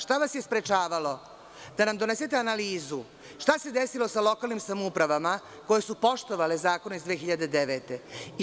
Šta vas je sprečavalo da nam donesete analizu , šta se desilo sa lokalnim samoupravama koje su poštovale zakon iz 2009. godine?